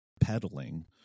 peddling